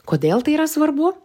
kodėl tai yra svarbu